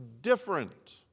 different